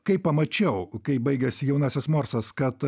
kai pamačiau kaip baigėsi jaunasis morsas kad